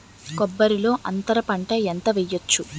కొబ్బరి లో అంతరపంట ఏంటి వెయ్యొచ్చు?